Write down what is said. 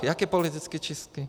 Jaké politické čistky?